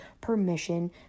permission